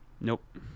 Nope